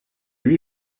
lui